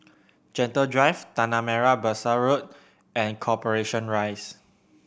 Gentle Drive Tanah Merah Besar Road and Corporation Rise